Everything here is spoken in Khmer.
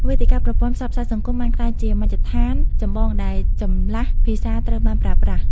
វេទិកាប្រព័ន្ធផ្សព្វផ្សាយសង្គមបានក្លាយជាមជ្ឈដ្ឋានចម្បងដែលចម្លាស់ភាសាត្រូវបានប្រើបាស់។